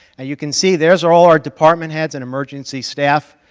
and you can see there's all our department heads and emergency staff,